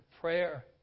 prayer